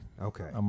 Okay